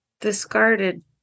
discarded